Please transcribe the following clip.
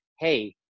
hey